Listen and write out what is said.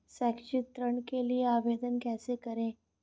शैक्षिक ऋण के लिए आवेदन कैसे करें?